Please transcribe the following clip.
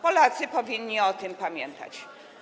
Polacy powinni o tym pamiętać.